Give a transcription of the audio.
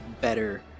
better